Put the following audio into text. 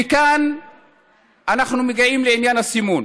וכאן אנחנו מגיעים לעניין הסימון.